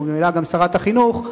וממילא גם שר החינוך,